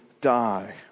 die